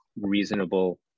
reasonable